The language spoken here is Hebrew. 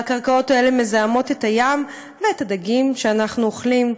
והקרקעות האלה מזהמות את הים ואת הדגים שאנחנו אוכלים.